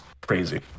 crazy